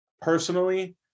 Personally